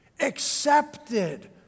accepted